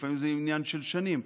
לפעמים זה עניין של שנים,